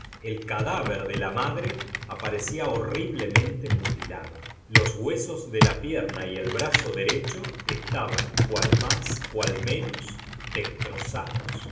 el cadáver de la madre aparecía horriblemente mutilado los huesos de la pierna y el brazo derecho estaban cual más cual menos destrozados